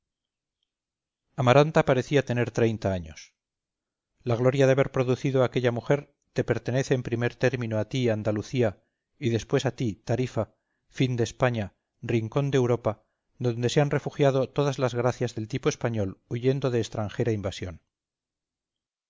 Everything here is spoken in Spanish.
amaranta parecía tener treinta años la gloria de haber producido a aquella mujer te pertenece en primer término a ti andalucía y después a ti tarifa fin de españa rincón de europa donde se han refugiado todas las gracias del tipo español huyendo de extranjera invasión